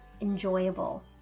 enjoyable